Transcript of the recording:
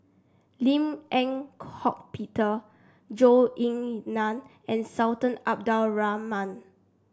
Lim Eng Hock Peter Zhou Ying Nan and Sultan Abdul Rahman